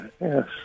yes